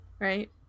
right